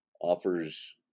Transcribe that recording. offers